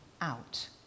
out